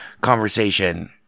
conversation